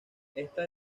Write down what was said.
esta